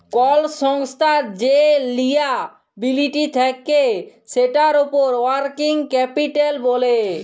call সংস্থার যে liability থাক্যে সেটার উপর ওয়ার্কিং ক্যাপিটাল ব্যলে